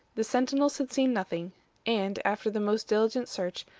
the sentinels had seen nothing and, after the most diligent search,